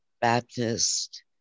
Baptist